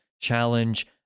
challenge